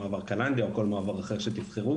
מעבר קלנדיה או כל מעבר אחר שתבחרו,